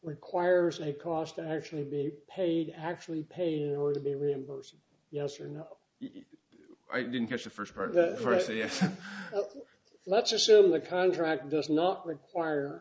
requires a cost to actually be paid actually paid in order to be reimbursed yes or no i didn't catch the first part of the first yes let's assume the contract does not require